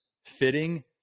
fitting